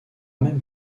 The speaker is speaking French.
même